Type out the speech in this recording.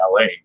LA